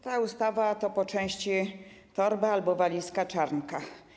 Ta ustawa to po części torba albo walizka Czarnka.